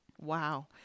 Wow